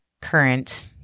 current